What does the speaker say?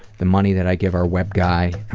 the money that i give our web guy